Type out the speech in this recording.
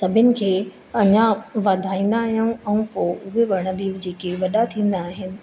सभिनि खे अञा वधाईंदा आहियूं ऐं पोइ उहो वण बि जेके वॾा थींदा आहिनि